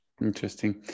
Interesting